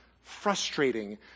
frustrating